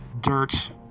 dirt